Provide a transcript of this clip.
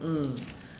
mm